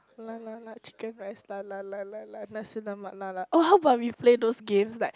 like like like chicken rice like like like like Nasi-Lemak like like oh how about we place those games like